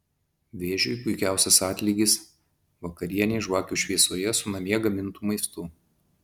vėžiui puikiausias atlygis vakarienė žvakių šviesoje su namie gamintu maistu